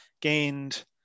gained